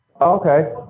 Okay